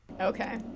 Okay